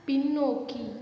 பின்னோக்கி